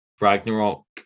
Ragnarok